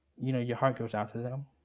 you know your heart goes out to them.